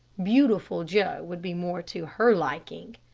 beautiful joe would be more to her liking.